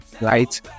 right